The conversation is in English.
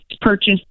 Purchase